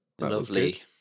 Lovely